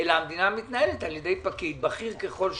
אלא על ידי פקיד, בכיר ככל שיהיה,